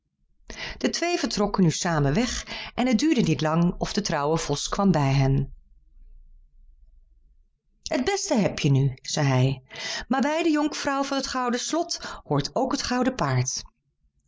de twee trokken nu samen weg en het duurde niet lang of de trouwe vos kwam bij hen het beste heb je nu zei hij maar bij de jonkvrouw van het gouden slot hoort ook het gouden paard